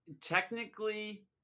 technically